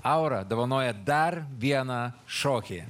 aura dovanoja dar vieną šokį